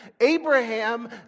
Abraham